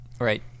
Right